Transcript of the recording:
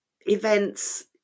events